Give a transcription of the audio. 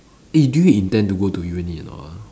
eh do you intend to go to uni or not ah